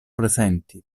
presenti